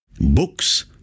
Books